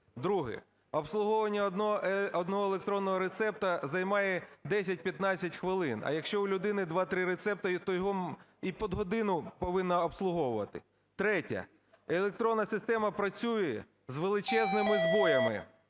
Друге: обслуговування одного електронного рецепта займає 10-15 хвилин, а якщо у людини 2-3 рецепти, то його і під годину повинні обслуговувати. Третє: електронна система працює з величезними збоями.